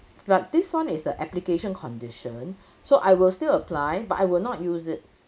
but this [one] is the application condition so I will still apply but I will not use it